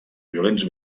violents